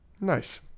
Nice